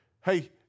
Hey